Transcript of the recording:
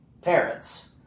parents